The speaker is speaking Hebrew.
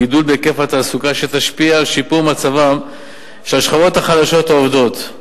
גידול בהיקף התעסוקה, שישפיע על שיפור מצבן של השכבות החלשות העובדות.